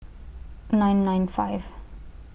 nine nine five